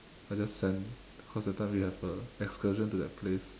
I just send cause that time we have a excursion to that place